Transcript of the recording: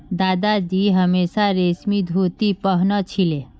दादाजी हमेशा रेशमी धोती पह न छिले